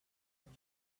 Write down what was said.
wait